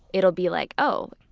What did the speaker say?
it'll be like, oh,